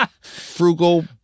frugal